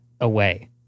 away